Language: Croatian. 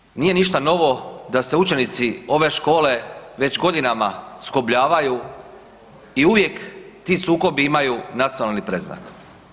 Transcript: Nažalost nije ništa novo da se učenici ove škole već godinama sukobljavaju i uvijek ti sukobi imaju nacionalni predznak.